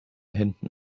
händen